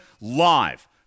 live